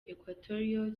equatorial